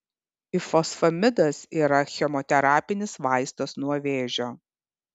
ifosfamidas yra chemoterapinis vaistas nuo vėžio